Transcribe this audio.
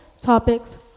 topics